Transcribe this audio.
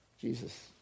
Jesus